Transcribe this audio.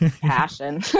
passion